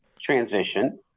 transition